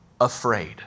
afraid